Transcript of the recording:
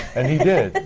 and he did!